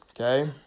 okay